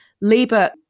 Labour